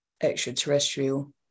extraterrestrial